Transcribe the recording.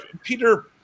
Peter